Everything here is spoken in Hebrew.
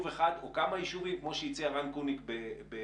אחד או כמה יישובים כמו שהציע רן קוניק בגבעתיים